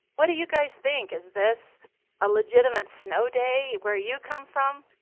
what do you guys think, is this a legitimate snow day where you come from?